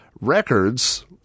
records